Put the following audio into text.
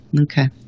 Okay